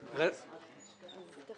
הפעם אני יכול